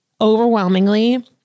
overwhelmingly